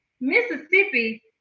Mississippi